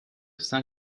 saint